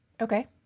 Okay